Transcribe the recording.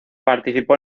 participó